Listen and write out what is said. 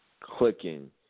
clicking